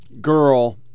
girl